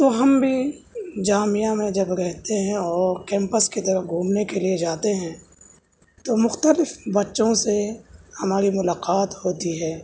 تو ہم بھی جامعہ میں جب رہتے ہیں اور کیمپس کی طرف گھومنے کے لیے جاتے ہیں تو مختلف بچوں سے ہماری ملاقات ہوتی ہے